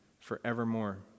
forevermore